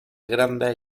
grandes